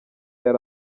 yari